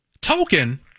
token